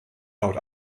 laut